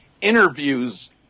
interviews